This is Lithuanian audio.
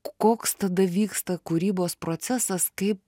koks tada vyksta kūrybos procesas kaip